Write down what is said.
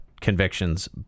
convictions